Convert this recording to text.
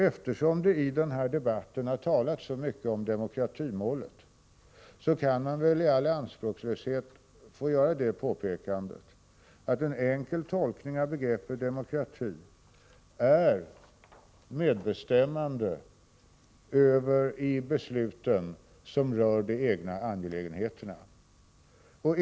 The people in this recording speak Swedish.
Eftersom det i den här debatten har talats så mycket om demokratimålet, vill jag i all anspråkslöshet göra det påpekandet att en enkel tolkning av begreppet demokrati är medbestämmande i beslut som rör de egna angelägenheterna.